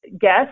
guess